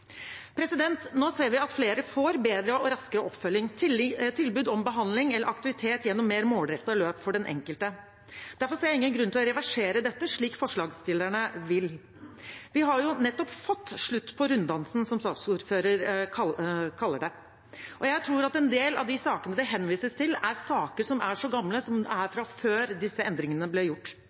Nå ser vi at flere får bedre og raskere oppfølging og tilbud om behandling eller aktivitet gjennom mer målrettede løp for den enkelte. Derfor ser jeg ingen grunn til å reversere dette, slik forslagsstillerne vil. Vi har jo nettopp fått slutt på runddansen, som saksordføreren kaller det, og jeg tror at en del av de sakene det henvises til, er saker som er så gamle at de er fra før disse endringene ble gjort.